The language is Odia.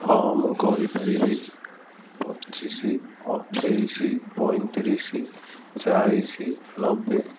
ହଁ ମୁଁ କହିପାରିବି ପଚିଶ ଅଠେଇଶ ପଇଁତିରିଶ ଚାଳିଶ ନବେ